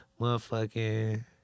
motherfucking